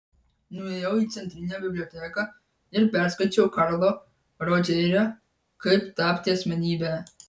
nuėjau į centrinę biblioteką ir perskaičiau karlo rodžerio kaip tapti asmenybe